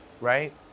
right